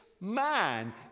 man